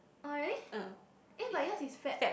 oh really eh but yours is Feb